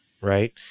right